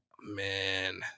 man